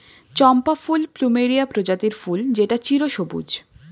চম্পা ফুল প্লুমেরিয়া প্রজাতির ফুল যেটা চিরসবুজ